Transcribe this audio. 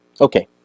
Okay